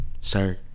Sir